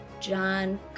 John